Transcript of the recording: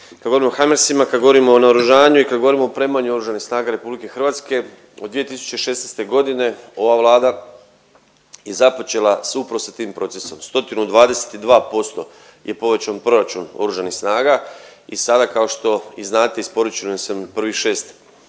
kad govorimo o Harmasima, kad govorimo o naoružanju i kad govorimo o opremanju Oružanih snaga Republike Hrvatske od 2016. godine ova Vlada je započela sa upravo tim procesom. 122% je povećan proračun Oružanih snaga i sada kao što i znate iz proračuna smo prvih šest